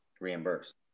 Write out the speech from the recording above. reimbursed